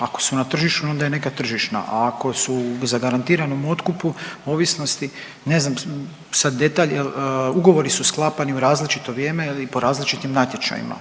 Ako su na tržištu, onda je neka tržišna, a ako su u zagarantiranom otkupu, ovisnosti, ne znam sad detalj jer ugovori su sklapani u različito vrijeme i po različitim natječajima.